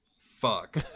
fuck